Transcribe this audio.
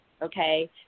Okay